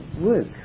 work